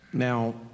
Now